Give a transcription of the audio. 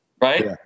Right